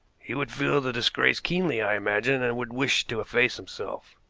he would feel the disgrace keenly, i imagine, and would wish to efface himself,